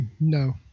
No